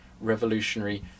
revolutionary